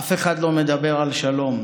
אף אחד לא מדבר על שלום,